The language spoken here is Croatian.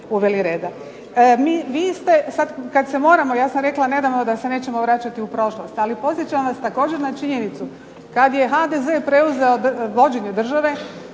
uveli reda.